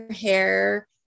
hair